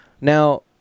Now